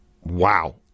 Wow